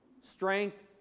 strength